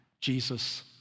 Jesus